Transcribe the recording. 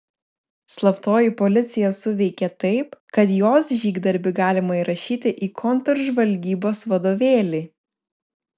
slaptoji policija suveikė taip kad jos žygdarbį galima įrašyti į kontržvalgybos vadovėlį